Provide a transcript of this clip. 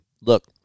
Look